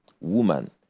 woman